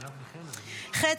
ח',